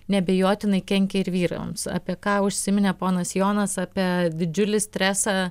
neabejotinai kenkia ir vyrams apie ką užsiminė ponas jonas apie didžiulį stresą